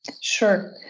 Sure